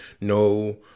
no